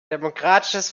demokratisches